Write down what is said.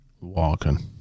walking